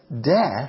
death